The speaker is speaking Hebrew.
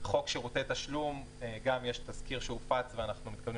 חוק שירותי תשלום גם יש תזכיר שהופץ ואנחנו מתכוונים